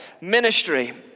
Ministry